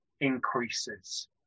increases